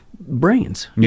brains